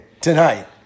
tonight